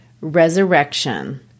resurrection